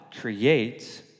creates